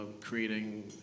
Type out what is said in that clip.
creating